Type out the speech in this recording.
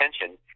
attention